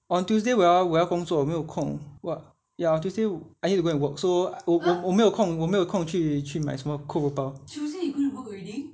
on tuesday 我要我要工作没有空 what ya tuesday I need to go and work so tuesday 我没有我没有我没有空去买什么控肉包